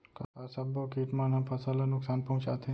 का सब्बो किट मन ह फसल ला नुकसान पहुंचाथे?